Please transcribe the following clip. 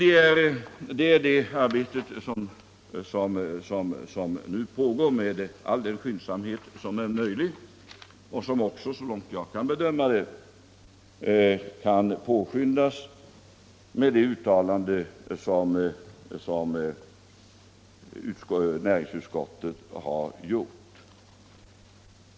Det är det arbetet som nu pågår med all den skyndsamhet som är möjlig och som, så långt jag kan bedöma, kan påskyndas med det uttalånde som näringsutskottet här har gjort.